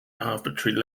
arbitrary